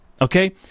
okay